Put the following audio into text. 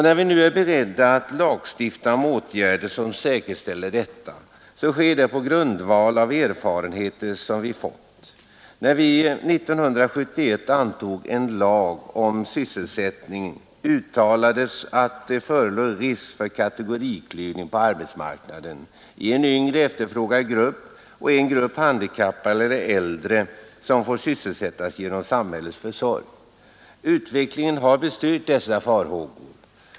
När vi nu är beredda att lagstifta om åtgärder som säkerställer detta, sker det på grundval av erfarenheter som vi fått. När vi år 1971 antog en lag om sysselsättning uttalades att det förelåg risk för kategoriklyvning på arbetsmarknaden i en yngre, efterfrågad grupp och en grupp handikappade eller äldre, som får sysselsättas genom samhällets försorg. Utvecklingen har bestyrkt dessa farhågor.